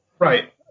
Right